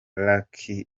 lucky